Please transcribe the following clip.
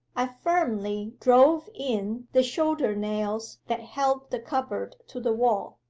i firmly drove in the shoulder-nails that held the cupboard to the wall.